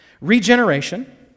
regeneration